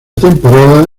temporada